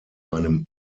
einem